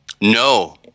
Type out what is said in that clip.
No